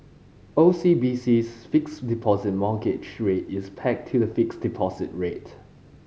O C B C's Fixed Deposit Mortgage Rate is pegged to the fixed deposit rate